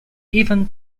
even